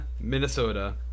Minnesota